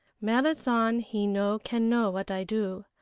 merrit san he no can know what i do,